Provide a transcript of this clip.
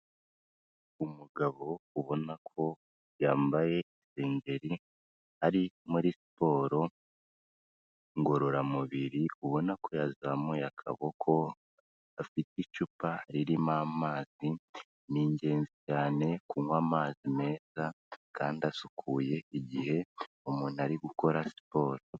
Umugabo ubona ko yambaye isengeri, ari muri siporo ngororamubiri, ubona ko yazamuye akaboko, afite icupa ririmo amazi, ni ingenzi cyane kunywa amazi meza kandi asukuye igihe umuntu ari gukora siporo.